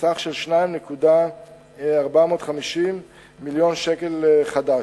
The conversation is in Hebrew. בסכום של 2 מיליון ו-450,000 שקלים חדשים.